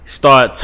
start